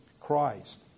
Christ